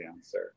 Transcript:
answer